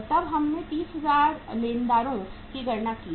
तब हमने 30000 लेनदारों की गणना की है